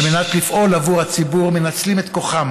מנת לפעול עבור הציבור מנצלים את כוחם